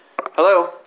Hello